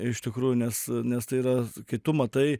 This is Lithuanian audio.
iš tikrųjų nes nes tai yra kai tu matai